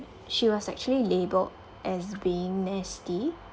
she was actually labelled as being nasty